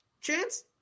Chance